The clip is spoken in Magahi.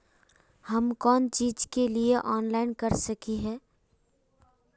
हम कोन चीज के लिए ऑनलाइन कर सके हिये?